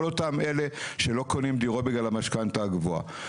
אותם אלה שלא קונים דירות בגלל המשכנתא הגבוהה.